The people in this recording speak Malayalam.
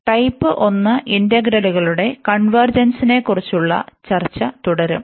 ടൈപ്പ് 1 ഇന്റഗ്രലുകളുടെ കൺവെർജെൻസ്നെക്കുറിച്ചുള്ള ചർച്ച തുടരും